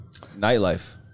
Nightlife